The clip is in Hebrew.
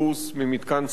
פותחים את הדלת,